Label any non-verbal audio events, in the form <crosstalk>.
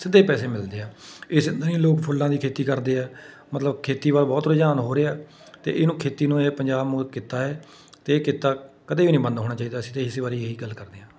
ਸਿੱਧੇ ਹੈ ਪੈਸੇ ਮਿਲਦੇ ਆ ਇਸ ਤਰ੍ਹਾਂ ਹੀ ਲੋਕ ਫੁੱਲਾਂ ਦੀ ਖੇਤੀ ਕਰਦੇ ਆ ਮਤਲਬ ਖੇਤੀ ਵੱਲ ਬਹੁਤ ਰੁਝਾਨ ਹੋ ਰਿਹਾ ਅਤੇ ਇਹਨੂੰ ਖੇਤੀ ਨੂੰ ਇਹ ਪੰਜਾਬ <unintelligible> ਕਿੱਤਾ ਹੈ ਅਤੇ ਇਹ ਕਿੱਤਾ ਕਦੇ ਵੀ ਨਹੀਂ ਬੰਦ ਹੋਣਾ ਚਾਹੀਦਾ ਅਸੀਂ ਤੇ ਇਸ ਵਾਰੀ ਇਹੀ ਗੱਲ ਕਰਦੇ ਹਾਂ